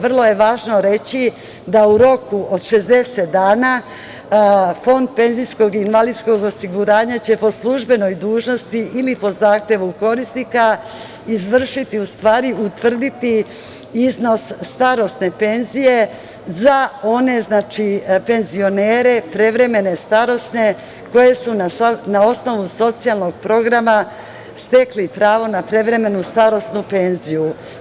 Vrlo je važno reći da u roku od 60 dana Fond PIO će po službenoj dužnosti ili po zahtevu korisnika izvršiti, u stvari utvrditi iznos starosne penzije za one penzionere, prevremene starosne, koji su na osnovu socijalnog programa stekli pravo na prevremenu starosnu penziju.